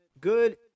Good